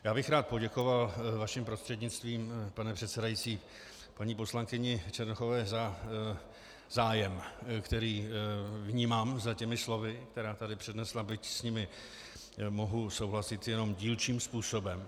Já bych rád poděkoval vaším prostřednictvím, pane předsedající, paní poslankyni Černochové za zájem, který vnímám za těmi slovy, která tady přednesla, byť s nimi mohu souhlasit jenom dílčím způsobem.